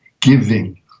giving